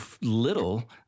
little